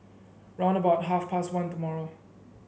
round about half past one tomorrow